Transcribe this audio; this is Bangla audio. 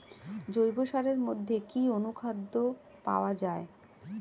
জৈব সারের মধ্যে কি অনুখাদ্য পাওয়া যায়?